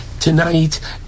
tonight